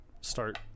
start